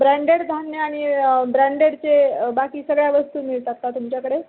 branded धान्य आणि ब्रँडेडचे बाकी सगळ्या वस्तू मिळतात का तुमच्याकडे